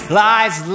lies